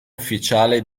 ufficiale